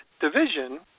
division